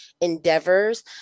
endeavors